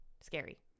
scary